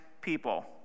people